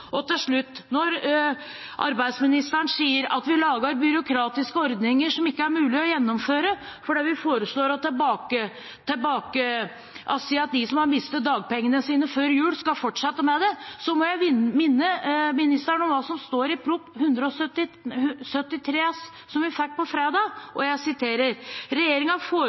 Til slutt: Når arbeidsministeren sier at vi lager byråkratiske ordninger som det ikke er mulig å gjennomføre, og at de som mistet dagpengene sine før jul, skal fortsette med det, må jeg minne ministeren om hva som står i Prop. 72 LS for 2020–2021, som vi fikk på fredag. Jeg siterer: